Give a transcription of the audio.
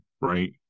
Right